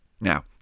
Now